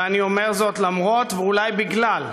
ואני אומר זאת אף-על-פי, ואולי מפני,